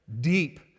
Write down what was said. deep